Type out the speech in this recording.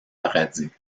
paradis